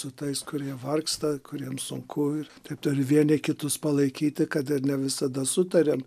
su tais kurie vargsta kuriem sunku ir taip turi vieni kitus palaikyti kad ir ne visada sutariam